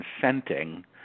consenting